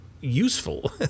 useful